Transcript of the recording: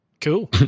Cool